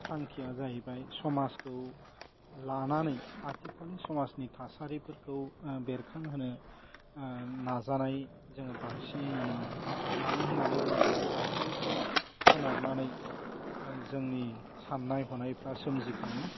थांखिया जाहैबाय समाजखौ लानानै आथिखालनि समाजनि थासारिफोरखौ बेरखांहोनो नाजानाय जोङो बांसिनै नुनो मोनो मानो होन्नानै बुङोबा थासारिखौ सोनारनानै जोंनि सान्नाय हनायफ्रा सोमजि खाङो